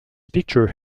picture